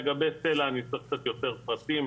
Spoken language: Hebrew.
לגבי סלע אני אצטרך קצת יותר פרטים.